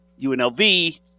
UNLV